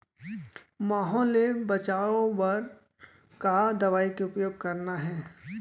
माहो ले बचाओ बर का दवई के उपयोग करना हे?